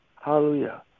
Hallelujah